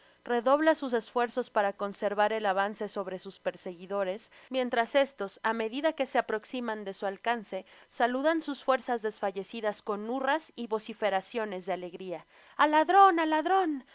redobla sus esfuerzos para conservar el avance sobre sus perseguidores mientras estos á medida que se aprocsiman de su alcance saludan sus fuerzas desfallecidas con hurras y vociferaciones de alegria al ladron al ladron